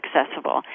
accessible